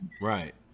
right